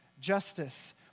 justice